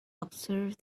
observe